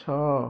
ଛଅ